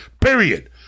Period